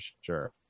sure